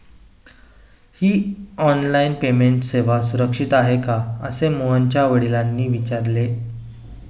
ही online payment सेवा सुरक्षित आहे का असे मोहनच्या वडिलांनी विचारले